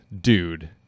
dude